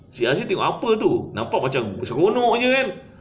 si azri tengok apa tu nampak macam seronok jer kan